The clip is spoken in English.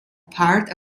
part